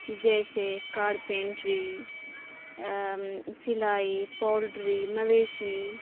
جیسے کارپینٹری سلائی پولٹری مویشی